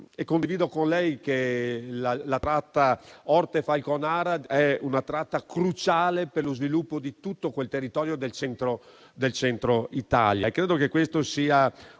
Condivido con lei che la Orte-Falconara sia una tratta cruciale per lo sviluppo di tutto il territorio del Centro Italia. Credo che questA sia una delle